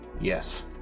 yes